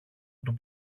του